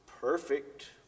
perfect